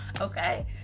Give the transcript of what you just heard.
Okay